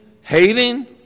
hating